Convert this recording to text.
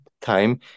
time